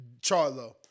Charlo